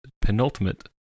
penultimate